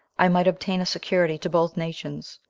i might obtain a security to both nations,